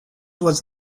was